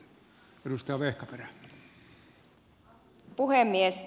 arvoisa puhemies